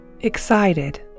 Excited